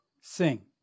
sing